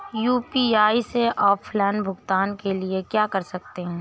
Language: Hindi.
यू.पी.आई से ऑफलाइन भुगतान के लिए क्या कर सकते हैं?